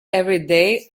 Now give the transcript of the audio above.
everyday